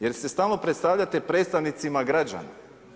Jer se stalno predstavljate predstavnicima građana.